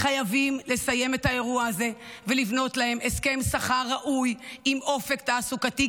חייבים לסיים את האירוע הזה ולבנות להם הסכם שכר ראוי עם אופק תעסוקתי,